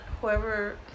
whoever